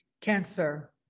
Cancer